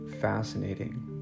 fascinating